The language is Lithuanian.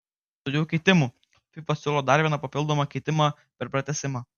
daugiau keitimų fifa siūlo dar vieną papildomą keitimą per pratęsimą